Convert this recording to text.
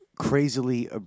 crazily